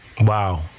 Wow